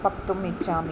पक्तुम् इच्छामि